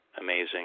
amazing